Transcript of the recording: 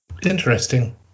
Interesting